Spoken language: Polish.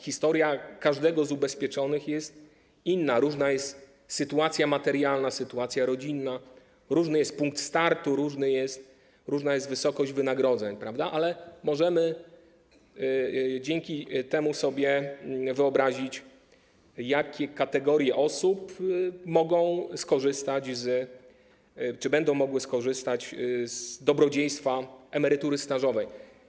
Historia każdego z ubezpieczonych jest inna, różna jest sytuacja materialna, sytuacja rodzinna, różny jest punkt startu, różna jest wysokość wynagrodzeń, ale możemy dzięki temu sobie wyobrazić, jakie kategorie osób mogą czy będą mogły skorzystać z dobrodziejstwa emerytury stażowej.